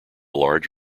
large